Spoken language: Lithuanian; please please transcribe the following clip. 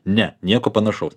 ne nieko panašaus